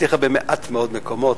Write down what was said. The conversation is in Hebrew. הצליחה במעט מאוד מקומות.